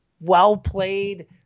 well-played